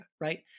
right